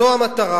זו המטרה,